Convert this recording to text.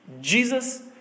Jesus